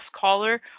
caller